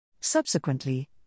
Subsequently